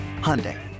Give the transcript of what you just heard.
Hyundai